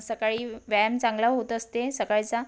सकाळी व्यायाम चांगला होत असते सकाळचा